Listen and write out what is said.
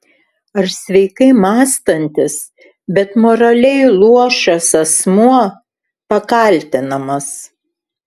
ar sveikai mąstantis bet moraliai luošas asmuo pakaltinamas